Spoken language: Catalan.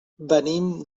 venim